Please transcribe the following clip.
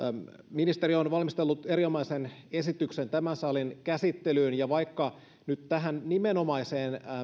ministeri on valmistellut erinomaisen esityksen tämän salin käsittelyyn ja vaikka nyt tähän nimenomaiseen